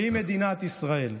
והוא מדינת ישראל.